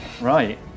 Right